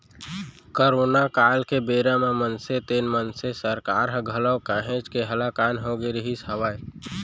corona काल के बेरा म मनसे तेन मनसे सरकार ह घलौ काहेच के हलाकान होगे रिहिस हवय